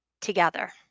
together